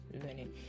learning